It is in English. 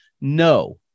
No